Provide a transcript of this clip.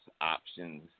options